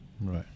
Right